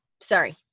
sorry